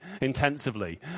intensively